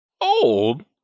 Old